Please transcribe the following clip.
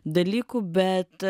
dalykų bet